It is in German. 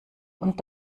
und